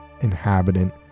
inhabitant